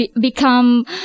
become